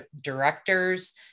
directors